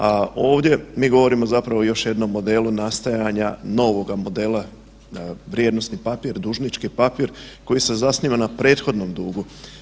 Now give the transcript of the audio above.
A ovdje mi govorimo zapravo o još jednom modelu nastajanja novoga modela prijenosni papir, dužnički papir koji se zasniva na prethodnom dugu.